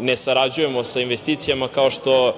ne sarađujemo sa investicijama, kao što